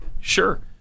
Sure